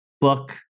book